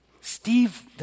Steve